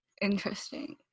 Interesting